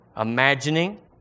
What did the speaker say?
imagining